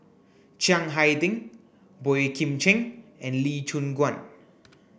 Chiang Hai Ding Boey Kim Cheng and Lee Choon Guan